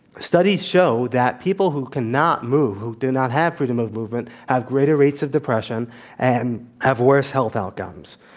studies show that people who cannot move, who do not have freedom of movement, have greater rates of depression and have worse health outcomes.